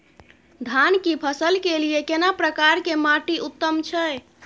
धान की फसल के लिये केना प्रकार के माटी उत्तम छै?